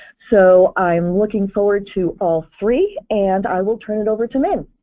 so i'm looking forward to all three and i will turn it over to minh.